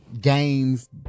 games